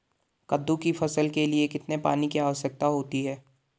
कद्दू की फसल के लिए कितने पानी की आवश्यकता होती है?